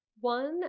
One